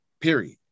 Period